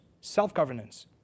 self-governance